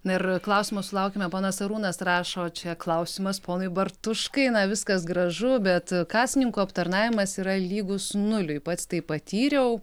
na ir klausimo sulaukėme ponas arūnas rašo čia klausimas ponui bartuškai na viskas gražu bet kasininkų aptarnavimas yra lygus nuliui pats tai patyriau